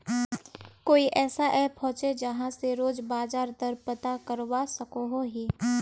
कोई ऐसा ऐप होचे जहा से रोज बाजार दर पता करवा सकोहो ही?